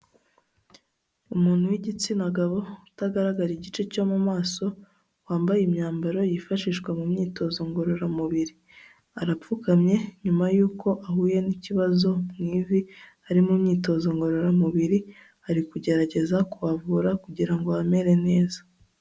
Umuntu w'igitsina gabo utagaragara igice cyo mu maso, wambaye imyambaro yifashishwa mu myitozo ngororamubiri, arapfukamye nyuma yuko ahuye n'ikibazo mu ivi ari mu myitozo ngororamubiri, ari kugerageza kuhavura kugira ngo hamere neza.